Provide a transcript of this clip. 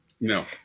no